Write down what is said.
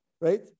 Right